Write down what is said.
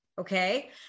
okay